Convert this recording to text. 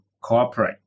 cooperate